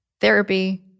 Therapy